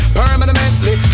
permanently